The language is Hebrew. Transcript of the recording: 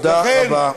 תודה רבה.